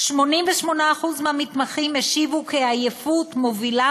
88% מהמתמחים השיבו כי העייפות מובילה